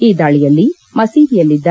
ಈ ದಾಳಿಯಲ್ಲಿ ಮಸೀದಿಯಲ್ಲಿದ್ದ